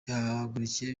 yahagurukiye